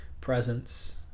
presence